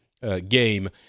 Game